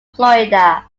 florida